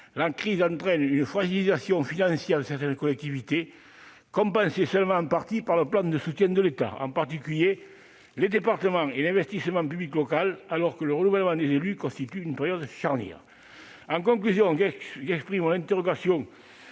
la crise entraîne une fragilisation financière de certaines collectivités, compensée seulement en partie par le plan de soutien de l'État. Je pense en particulier aux départements et à l'investissement public local, alors que le renouvellement des élus constitue une période charnière. En conclusion, je m'interroge